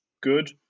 good